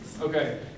Okay